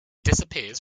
disappears